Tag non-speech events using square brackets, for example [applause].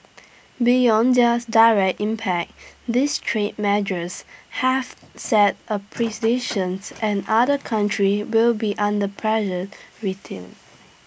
beyond theirs direct impact these trade measures have set A [unintelligible] and other country will be under pressure retail